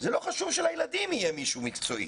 זה לא חשוב שלילדים יהיה מישהו מקצועי.